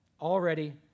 Already